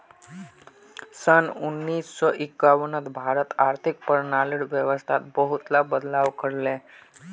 सन उन्नीस सौ एक्यानवेत भारत आर्थिक प्रणालीर व्यवस्थात बहुतला बदलाव कर ले